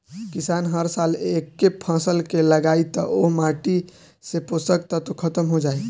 किसान हर साल एके फसल के लगायी त ओह माटी से पोषक तत्व ख़तम हो जाई